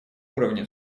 уровне